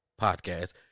podcast